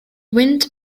wind